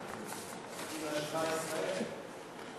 יש לך שלוש דקות.